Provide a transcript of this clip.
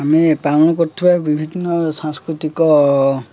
ଆମେ ପାଳନ କରୁଥିବା ବିଭିନ୍ନ ସାଂସ୍କୃତିକ